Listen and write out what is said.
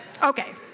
okay